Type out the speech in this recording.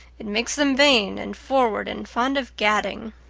it makes them vain and forward and fond of gadding.